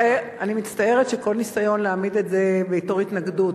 אני מצטערת על כל ניסיון להעמיד את זה בתור התנגדות.